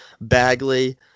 Bagley